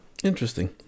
interesting